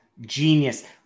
genius